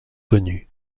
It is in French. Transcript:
connu